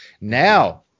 Now